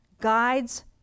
guides